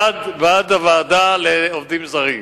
אני בעד הוועדה לעובדים זרים.